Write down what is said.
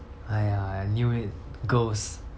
!aiya! I knew it girls